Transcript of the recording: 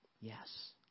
yes